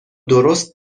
درست